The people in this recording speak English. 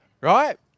right